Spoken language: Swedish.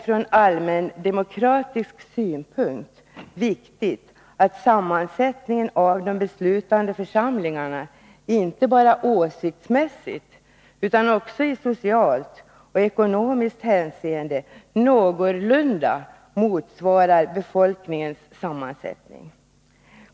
Från allmändemokratisk synpunkt är det viktigt att sammansättningen av de beslutande församlingarna inte bara åsiktsmässigt utan också i socialt och ekonomiskt hänseende någorlunda motsvarar befolkningens sammansättning.